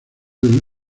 del